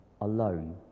alone